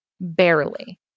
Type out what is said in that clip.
Barely